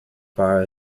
far